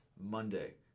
Monday